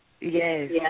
Yes